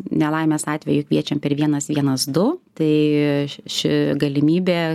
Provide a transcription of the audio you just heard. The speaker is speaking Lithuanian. nelaimės atveju kviečiam per vienas vienas du tai ši galimybė